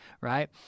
right